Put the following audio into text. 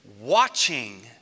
watching